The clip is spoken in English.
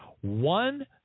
One